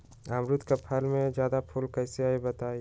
अमरुद क फल म जादा फूल कईसे आई बताई?